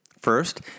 First